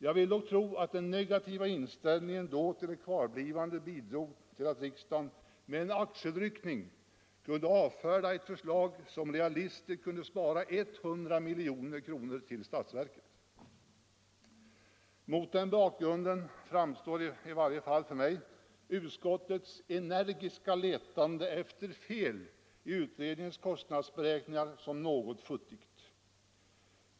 Jag vill tro att den negativa inställningen vid det tillfället till ett kvarblivande bidrog till att riksdagen med en axelryckning kunde avfärda ett förslag som realistiskt skulle kunna spara 100 milj.kr. till statsverket. Mot den bakgrunden framstår i varje fall för mig utskottets energiska letande efter fel i utredningens kostnadsberäkningar som något futtigt.